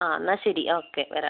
ആ എന്നാൽ ശരി ഓക്കെ വരാം